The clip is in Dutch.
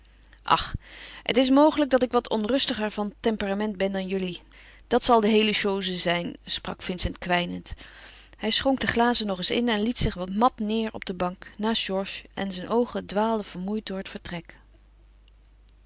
ach het is mogelijk dat ik wat onrustiger van temperament ben dan jullie dat zal de heele chose zijn sprak vincent kwijnend hij schonk de glazen nog eens in en liet zich mat neêr op de bank naast georges en zijn oogen dwaalden vermoeid door het vertrek